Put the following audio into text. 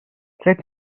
let